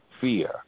fear